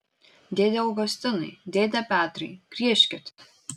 dėde augustinai dėde petrai griežkit